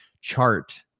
chart